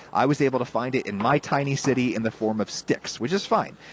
i was able to find it in my tiny city in the form of sticks, which is fine.